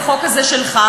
בחוק הזה שלך,